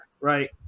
right